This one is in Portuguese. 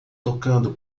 tocando